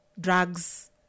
drugs